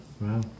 wow